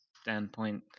standpoint